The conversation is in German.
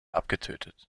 abgetötet